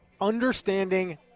understanding